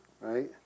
right